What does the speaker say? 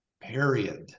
period